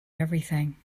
everything